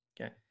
Okay